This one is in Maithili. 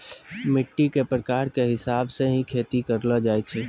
मिट्टी के प्रकार के हिसाब स हीं खेती करलो जाय छै